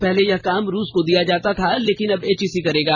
पहले यह काम रूस को दिया जाता था लेकिन अब एचईसी करेगा